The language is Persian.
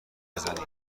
بزنیم